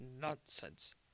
Nonsense